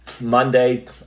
Monday